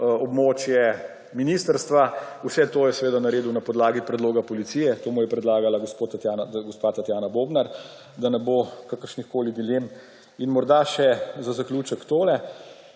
območje ministrstva. Vse to je seveda naredil na podlagi predloga Policije. To mu je predlagala gospa Tatjana Bobnar, da ne bo kakršnihkoli dilem. In morda še, za zaključek, tole.